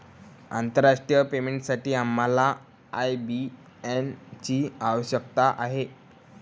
आंतरराष्ट्रीय पेमेंटसाठी आम्हाला आय.बी.एन ची आवश्यकता आहे